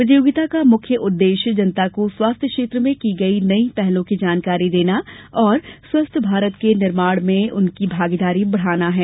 प्रतियोगिता का मुख्य उद्देश्य जनता को स्वास्थ्य क्षेत्र में की गई नई पहलों की जानकारी देना और स्वस्थ भारत के निर्माण में उनकी भागीदारी बढ़ाना है